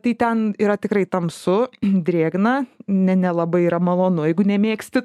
tai ten yra tikrai tamsu drėgna ne nelabai yra malonu jeigu nemėgsti